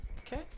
Okay